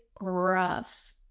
rough